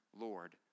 Lord